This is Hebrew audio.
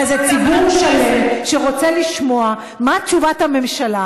אלא ציבור שלם שרוצה לשמוע מה תשובת הממשלה